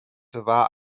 war